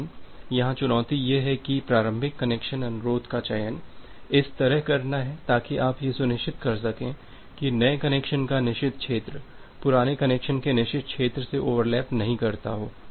लेकिन यहां चुनौती यह है की एक प्रारंभिक कनेक्शन अनुरोध का चयन इस तरह करना है ताकि आप यह सुनिश्चित कर सकें कि नए कनेक्शन का निषिद्ध क्षेत्र पुराने कनेक्शन के निषिद्ध क्षेत्र से ओवरलैप नहीं करता हो